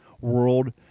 world